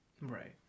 Right